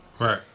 Right